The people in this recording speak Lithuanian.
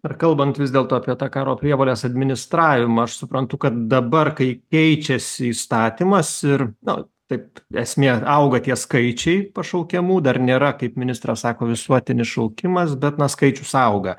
ar kalbant vis dėlto apie tą karo prievolės administravimą aš suprantu kad dabar kai keičiasi įstatymas ir nu taip esmė auga tie skaičiai pašaukiamų dar nėra kaip ministras sako visuotinis šaukimas bet na skaičius auga